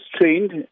trained